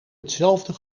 hetzelfde